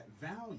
value